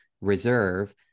Reserve